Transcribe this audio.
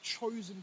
chosen